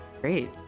Great